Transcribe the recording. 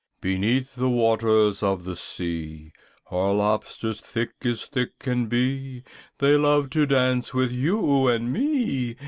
beneath the waters of the sea are lobsters thick as thick can be they love to dance with you and me,